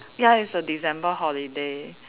ya it's a December holiday